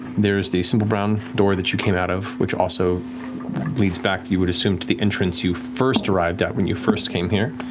there is the single brown door that you came out of, which also leads back, you would assume, to the entrance you first arrived at when you first came here.